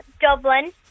Dublin